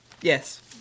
Yes